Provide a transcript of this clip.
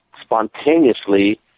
spontaneously